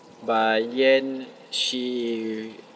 but then she